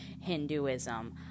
Hinduism